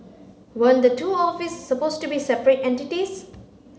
weren't the two office supposed to be separate entities